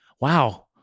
wow